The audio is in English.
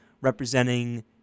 representing